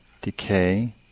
decay